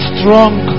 Strong